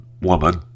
woman